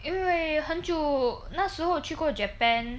因为很久那时候我去过 japan